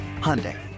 Hyundai